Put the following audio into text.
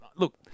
Look